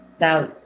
now